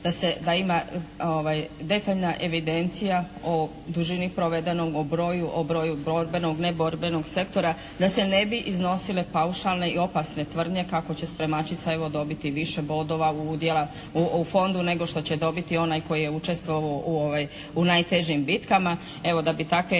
da ima detaljna evidencija o dužni provedenog, o broju, o broju borbenog, neborbenog sektora, da se ne bi iznosile paušalne i opasne tvrdnje kako će spremačica evo, dobiti više bodova udjela u fondu nego što će dobiti onaj koji je učestvovao u najtežim bitkama. Evo, da bi takve